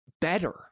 better